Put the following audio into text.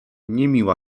niemiła